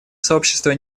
сообщество